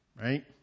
Right